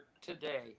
today